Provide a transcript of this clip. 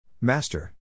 Master